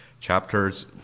chapters